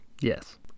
yes